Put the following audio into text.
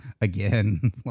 again